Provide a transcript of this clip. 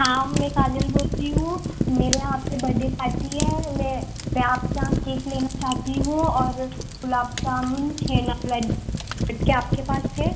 हाँ मैं काजल बोल रही हूँ मेरे यहाँ पर बड्डे पार्टी है मैं मैं आपके यहाँ केक लेना चाहती हूँ और गुलाब जामुन छेना क्या आपके पास है